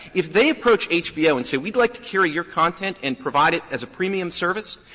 if they approach hbo and say, we would like to carry your content and provide it as a premium service,